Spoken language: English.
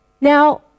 Now